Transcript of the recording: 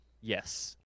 Yes